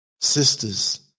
Sisters